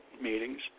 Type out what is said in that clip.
meetings